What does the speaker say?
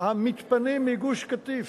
המתפנים מגוש-קטיף,